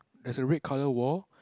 there's a red colour wall